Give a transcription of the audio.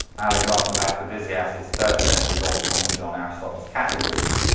alexander of aphrodisias' third century lost commentary on aristotle's categories.